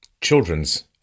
children's